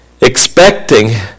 expecting